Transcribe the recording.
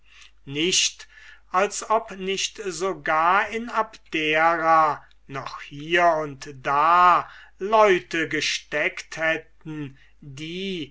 nicht als ob nicht sogar in abdera noch hier und da leute gesteckt hätten die